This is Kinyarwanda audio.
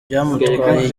byamutwaye